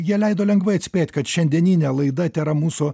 jie leido lengvai atspėt kad šiandieninė laida tėra mūsų